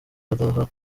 badaha